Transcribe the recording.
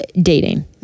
dating